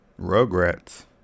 Rugrats